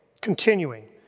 continuing